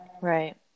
Right